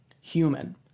human